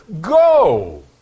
go